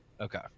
Okay